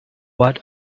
what